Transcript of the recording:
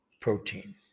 protein